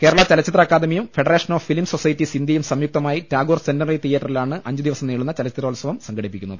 കേരള ചലച്ചിത്ര അക്കാദമിയും federation of film societies ഇന്ത്യയും സംയുക്തമായി ടാഗോർ സെന്റിനറി തിയ്യറ്ററിലാണ് അഞ്ചു ദിവസം നീളുന്ന ചലച്ചിത്രോത്സവം സംഘ ടിപ്പിക്കുന്നത്